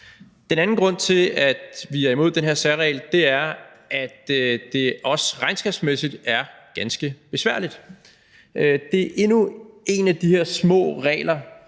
Den anden grund til, at vi er imod den her særregel, er, at det er også regnskabsmæssigt er ganske besværligt. Det er endnu en af de her små regler,